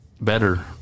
better